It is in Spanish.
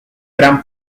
gran